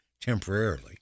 temporarily